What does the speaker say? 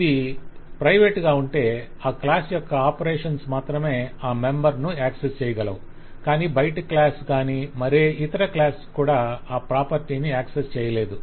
ఇది ప్రైవేట్ గా ఉంటే ఆ క్లాస్ యొక్క ఆపరేషన్స్ మాత్రమే ఆ మెంబర్ ను యాక్సెస్ చేయగలవు కానీ బయటి క్లాస్ కానీ మరే ఇతర క్లాస్ కూడా ఆ ప్రాపర్టీ ని యాక్సెస్ చేయలేదు